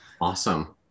Awesome